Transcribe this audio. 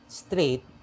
straight